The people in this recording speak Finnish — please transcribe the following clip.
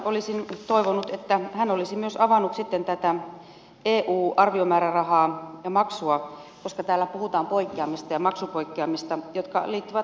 olisin toivonut että hän olisi myös avannut sitten tätä eu arviomäärärahaa ja maksua koska täällä puhutaan poikkeamista ja maksupoikkeamista jotka liittyvät alv maksupohjiin